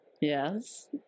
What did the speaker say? yes